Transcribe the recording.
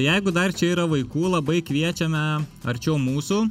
jeigu dar čia yra vaikų labai kviečiame arčiau mūsų